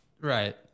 right